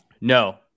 no